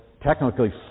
technically